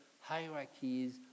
hierarchies